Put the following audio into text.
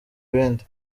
ibindi